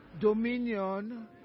dominion